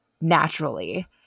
naturally